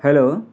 hello